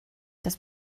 das